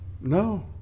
No